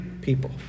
people